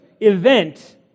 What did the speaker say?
event